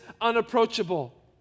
unapproachable